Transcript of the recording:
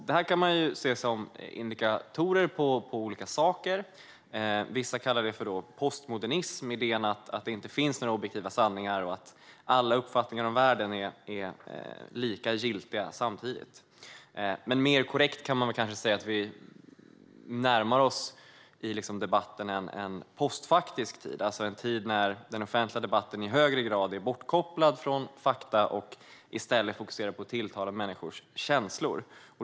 Det här kan man se som indikatorer på olika saker. Vissa kallar det för postmodernism, alltså idén att det inte finns några objektiva sanningar och att alla uppfattningar om världen är lika giltiga samtidigt. Mer korrekt kan man kanske säga att vi i debatten närmar oss en postfaktisk tid, alltså en tid när den offentliga debatten i högre grad är bortkopplad från fakta och i stället fokuserar på att tilltala människors känslor.